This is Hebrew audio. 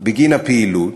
בגין הפעילות.